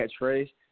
catchphrase